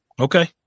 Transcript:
Okay